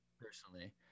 personally